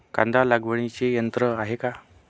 कांदा लागवडीचे यंत्र आहे का?